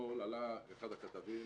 אתמול עלה אחד הכתבים,